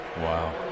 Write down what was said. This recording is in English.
Wow